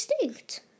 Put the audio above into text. extinct